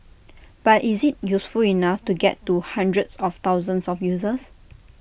but is IT useful enough to get to hundreds of thousands of users